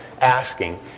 asking